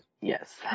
yes